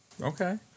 Okay